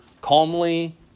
calmly